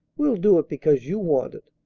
we'll do it because you want it.